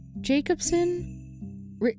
Jacobson